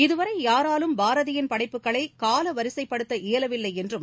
இதுவரை யாராலும் பாரதியின் படைப்புகளை கால வரிசைப்படுத்த இயாலவில்லை என்றும்